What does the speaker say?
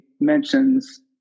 mentions